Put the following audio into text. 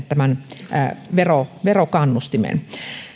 tämän verokannustimen